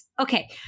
Okay